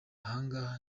ahangaha